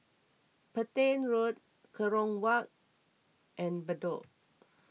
Petain Road Kerong Walk and Bedok